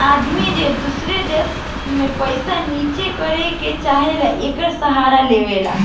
आदमी जे दूसर देश मे पइसा निचेस करे के चाहेला, एकर सहारा लेवला